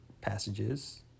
passages